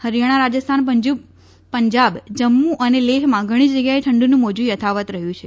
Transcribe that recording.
હરિયાણા રાજસ્થાન પંજાબ જમ્મુ અને લેહમાં ઘણી જગ્યાએ ઠંડીનું મોજ યથાવત રહ્યું છે